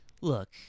look